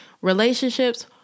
Relationships